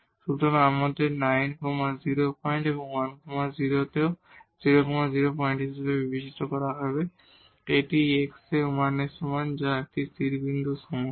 সুতরাং আমাদের 9 0 পয়েন্ট এবং 1 0 এও 0 0 পয়েন্ট বিবেচনা করতে হবে এটি x এ 1 এর সমান যা একটি স্থির বিন্দু এই সমস্যা